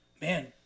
Man